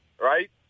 right